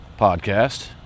podcast